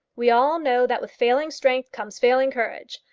we all know that with failing strength comes failing courage.